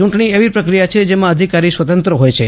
ચૂંટણી એવી પ્રક્રિયા છે જેમાં અધિકારી સ્વતંત્ર હોય છે